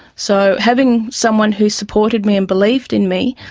so having someone who supported me and believed in me,